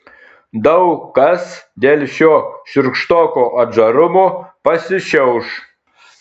daug kas dėl šio šiurkštoko atžarumo pasišiauš